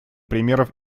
примеров